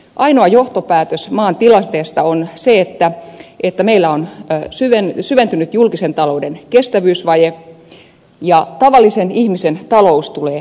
ainoa johtopäätös maan tilanteesta on se että meillä on syventynyt julkisen talouden kestävyysvaje ja tavallisen ihmisen talous tulee kiristymään